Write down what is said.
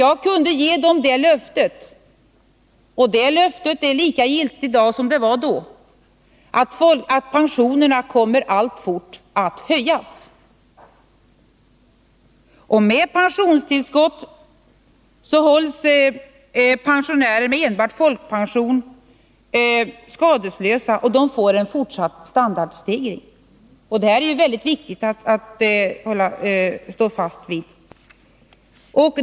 Jag kunde ge det löftet — och det löftet är lika giltigt i dag som det var då — att pensionerna alltfort kommer att höjas. Och med pensionstillskotten hålls pensionärer med enbart folkpension skadeslösa och får en fortsatt standardstegring. Detta är det väldigt viktigt att stå fast vid.